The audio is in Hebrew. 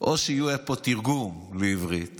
או שיהיה פה תרגום לעברית